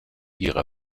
ihrer